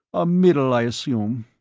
a middle, i assume.